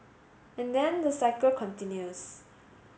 and then the cycle continues